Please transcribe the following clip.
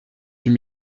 huit